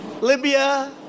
Libya